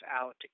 out